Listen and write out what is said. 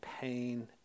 pain